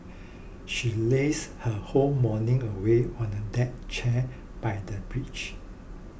she lazed her whole morning away on a deck chair by the beach